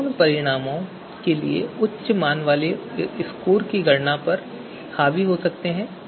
संपूर्ण परिनामो के लिए उच्च मान वाले स्कोर की गणना पर हावी हो सकते हैं